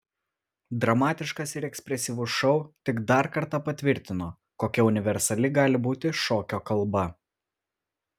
dramatiškas ir ekspresyvus šou tik dar kartą patvirtino kokia universali gali būti šokio kalba